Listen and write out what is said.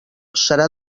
serà